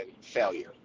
failure